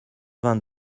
vingt